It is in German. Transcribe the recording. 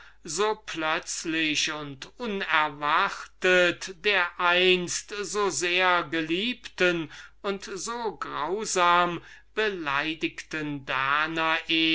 so plötzlich und unerwartet der einst so sehr geliebten und so grausam beleidigten danae